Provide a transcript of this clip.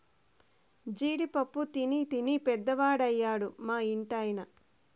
జీడి పప్పు తినీ తినీ పెద్దవాడయ్యాడు మా ఇంటి ఆయన